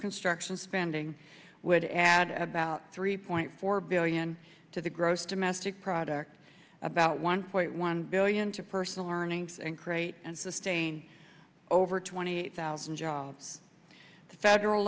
construction spending would add about three point four billion to the gross domestic product about one point one billion to personal earnings and create and sustain over twenty eight thousand jobs the federal